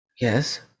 Yes